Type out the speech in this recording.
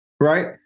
Right